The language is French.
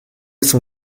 son